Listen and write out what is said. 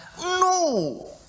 No